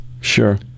Sure